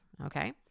okay